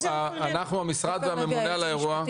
המשרד הממונה על האירוע,